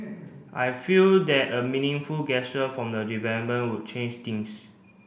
I feel that a meaningful gesture from the development would change things